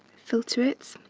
filter it.